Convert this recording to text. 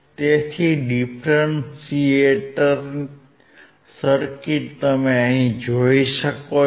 તેથી તમે differentiator circuit જોઈ શકો છો